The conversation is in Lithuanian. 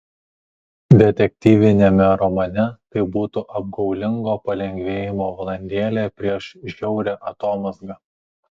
detektyviniame romane tai būtų apgaulingo palengvėjimo valandėlė prieš žiaurią atomazgą